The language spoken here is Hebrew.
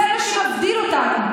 זה מה שמבדיל אותנו.